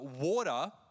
water